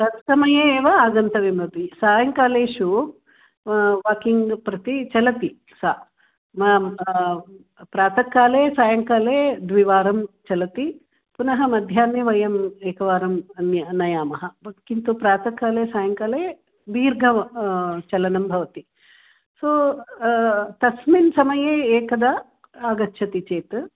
तत्समये एव आगन्तव्यमपि सायङ्कालेषु वाकिङ्ग् प्रति चलति सा मां प्रातः काले सायङ्काले द्विवारं चलति पुनः मध्याह्ने वयम् एकवारम् अन्य नयामः किन्तु प्रातःकाले सायङ्काले दीर्घचलनं भवति सो तस्मिन् समये एकदा आगच्छति चेत्